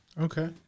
Okay